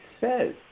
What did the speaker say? says